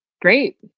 Great